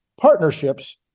partnerships